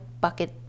bucket